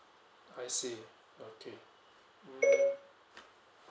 I see okay